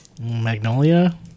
Magnolia